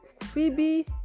Phoebe